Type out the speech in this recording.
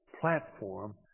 platform